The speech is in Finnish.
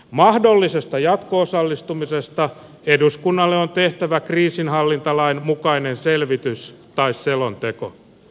mahdollisesta jatko osallistumisesta eduskunnalle on tehtävä kriisinhallintalain mukainen selvitys tai selonteko